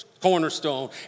cornerstone